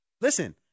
Listen